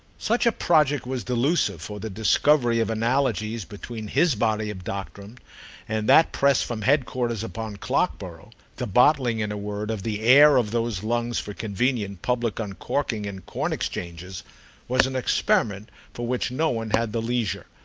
such a project was delusive, for the discovery of analogies between his body of doctrine and that pressed from headquarters upon clockborough the bottling, in a word, of the air of those lungs for convenient public uncorking in corn-exchanges was an experiment for which no one had the leisure.